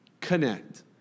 Connect